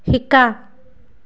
শিকা